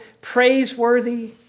praiseworthy